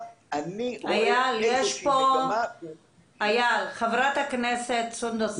אני רואה איזושהי מגמה --- חברת הכנסת סונדוס